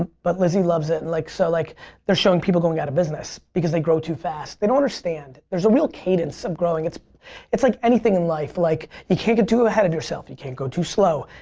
but lizzie loves it. and like so like they're showing people going out of business because they grow too fast. they don't understand. there's a real cadence of growing. it's it's like anything in life. like you can't get too ahead of yourself. you can't go too slow.